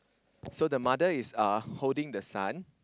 so the mother is uh holding the son